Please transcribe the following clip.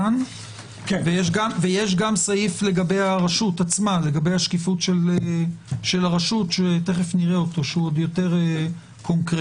ויש גם סעיף לגבי השקיפות של הרשות שתכף נראה אותו שהוא יותר קונקרטי.